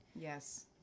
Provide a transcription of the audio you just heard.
Yes